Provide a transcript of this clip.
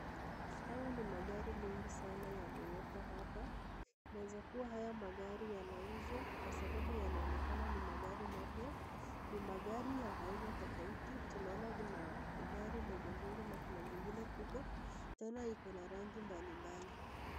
Haya ni magari mengi sana yamewekwa hapa. Yanaweza kuwa haya magari yanauzwa kwa sababu yanaonekana ni magari mapya. Ni magari ya aina tofauti tunaona kuna gari ndogo ndogo na kuna zingine kubwa tena ikona rangi mbali mbali.